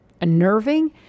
unnerving